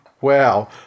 Wow